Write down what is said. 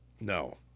No